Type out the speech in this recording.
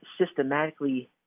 systematically